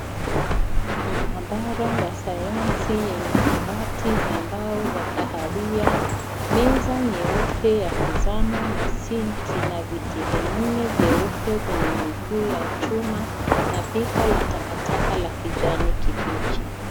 Maabara ya sayansi yenye kabati za mbao za kahawia meza nyeupe ya kuzama na sinki na viti vinne vyeupe vyenye miguu ya chuma na pipa la taka taka la kijani kibichi.